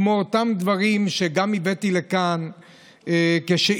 כמו אותם דברים שהבאתי לכאן כשאילתה